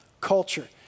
culture